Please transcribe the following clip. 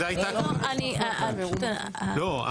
לא,